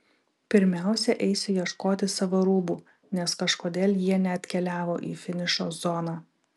pirmiausia eisiu ieškoti savo rūbų nes kažkodėl jie neatkeliavo į finišo zoną